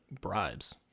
bribes